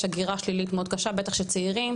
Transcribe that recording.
הגירה שלילית מאוד קשה בטח של צעירים,